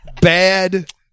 Bad